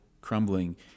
crumbling